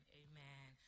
amen